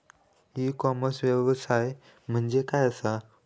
E commerce व्यवसाय म्हणजे काय असा?